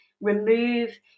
remove